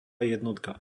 jednotka